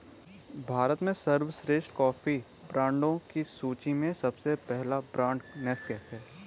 भारत में सर्वश्रेष्ठ कॉफी ब्रांडों की सूची में सबसे पहला ब्रांड नेस्कैफे है